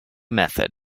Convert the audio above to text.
method